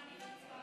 גם אני לא הצבעתי.